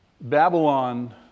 Babylon